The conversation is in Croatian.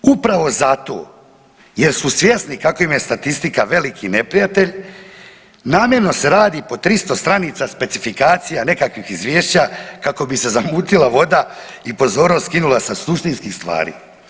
Upravo zato jer su svjesni kako im je statistika veliki neprijatelj namjerno se radi po 300 stranica specifikacija, nekakvih izvješća kako bi se zamutila voda i pozornost skinula sa suštinskih stvari.